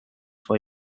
for